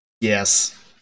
Yes